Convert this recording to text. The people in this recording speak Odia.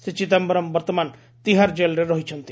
ଶ୍ରୀ ଚିଦାୟରମ୍ ବର୍ତ୍ତମାନ ତିହାର ଜେଲ୍ରେ ରହିଛନ୍ତି